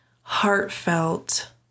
heartfelt